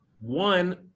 One